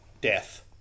death